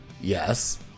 Yes